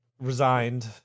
resigned